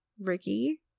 ricky